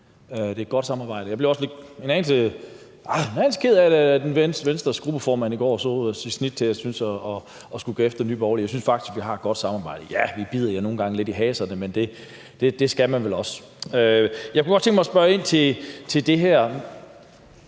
Det er et godt samarbejde. Jeg blev også en anelse ked af det, da Venstres gruppeformand i går så sit snit til at gå efter Nye Borgerlige. Jeg synes faktisk, vi har et godt samarbejde. Ja, vi bider jer nogle gange hinanden lidt i haserne, men det skal man vel også. Jeg kunne godt tænke mig at spørge ind til verdens